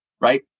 right